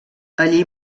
allí